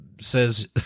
Says